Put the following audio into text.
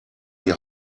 die